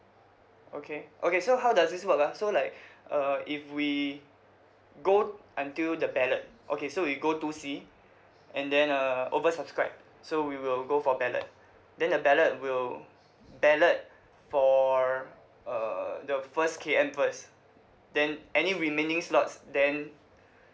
okay okay so how does this work ah so like uh if we go until the ballot okay so we go two C and then uh over subscribe so we will go for ballot then the ballot will ballot for err the first K_M first then any remaining slots then